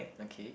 okay